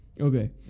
Okay